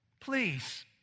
please